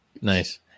nice